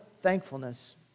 thankfulness